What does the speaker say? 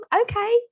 Okay